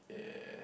yeah